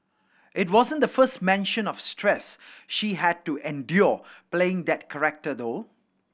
it wasn't the first mention of stress she had to endure playing that character though